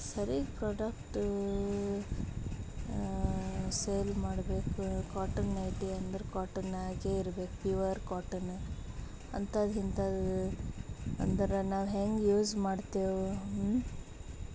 ಸರಿಗೆ product sale ಮಾಡ್ಬೇಕು cotton nighty ಅಂದ್ರೆ ಕಾಟನ್ ಆಗೇ ಇರ್ಬೇಕು ಪಿವರ್ ಕಾಟನ್ ಅಂಥದ್ದು ಇಂಥದ್ದು ಅಂದರೆ ನಾವು ಹೆಂಗೆ ಯೂಸ್ ಮಾಡ್ತೀವಿ ಹ್ಮ್